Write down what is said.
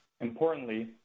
Importantly